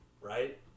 right